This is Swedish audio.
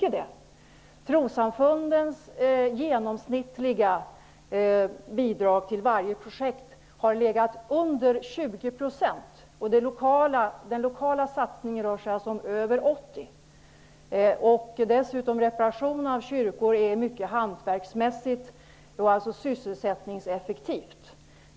Trossamfundens genomsnittliga bidrag till varje projekt har legat under 20 %. Den lokala satsningen rör sig alltså om över 80. Dessutom är reparation av kyrkor ett mycket hantverksmässigt arbete och därmed sysselsättningseffektivt.